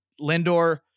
Lindor